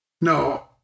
No